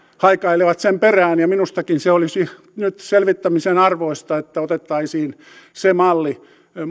haikailevat sen perään ja minustakin se olisi nyt selvittämisen arvoista että otettaisiin se malli